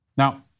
Now